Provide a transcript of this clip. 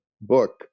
book